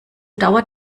dauert